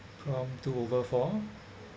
prompt two over four